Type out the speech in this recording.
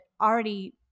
already